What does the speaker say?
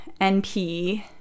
NP